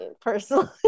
personally